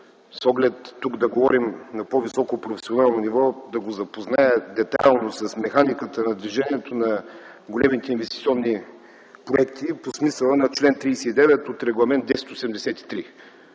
с оглед тук да говорим на по-високо професионално ниво да го запозная детайлно с механиката на движението на големите инвестиционни проекти по смисъла на чл. 39 от Регламент 1083.